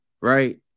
Right